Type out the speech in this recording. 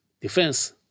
defense